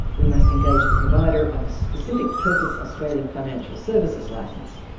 we must engage the provider of a specific purpose australian financial services licence,